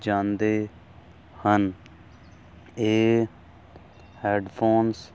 ਜਾਂਦੇ ਹਨ ਇਹ ਹੈਡਫੋਨਸ ਦੀ